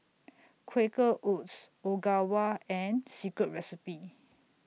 Quaker Oats Ogawa and Secret Recipe